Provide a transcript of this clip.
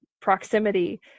proximity